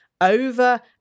over